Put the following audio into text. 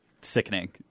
sickening